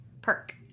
Perk